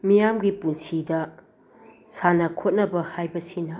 ꯃꯤꯌꯥꯝꯒꯤ ꯄꯨꯟꯁꯤꯗ ꯁꯥꯟꯅ ꯈꯣꯠꯅꯕ ꯍꯥꯏꯕꯁꯤꯅ